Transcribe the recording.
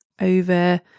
over